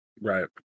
right